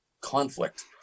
conflict